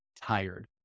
tired